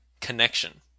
connection